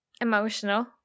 Emotional